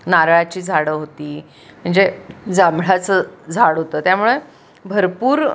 नारळाची झाडं होती म्हणजे जांभळाचं झाड होतं त्यामुळे भरपूर